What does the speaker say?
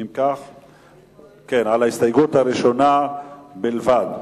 על ההסתייגות הראשונה בלבד,